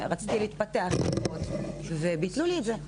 רציתי להתפתח, וביטלו לי את הבטחת ההכנסה.